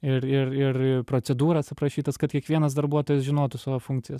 ir ir ir i procedūras aprašytas kad kiekvienas darbuotojas žinotų savo funkcijas